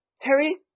Terry